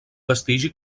vestigi